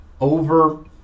over